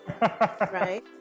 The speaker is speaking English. right